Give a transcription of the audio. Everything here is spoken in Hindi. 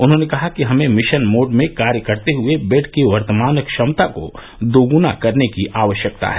उन्होंने कहा कि हमें मिशन मोड में कार्य करते हुए बेड की वर्तमान क्षमता को दोग्ना करने की आवश्यकता है